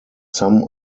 some